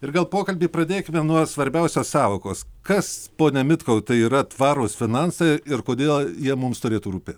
ir gal pokalbį pradėkime nuo svarbiausios sąvokos kas pone mitkau tai yra tvarūs finansai ir kodėl jie mums turėtų rūpėt